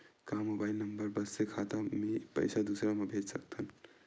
का mobile number बस से खाता से पईसा दूसरा मा भेज सकथन?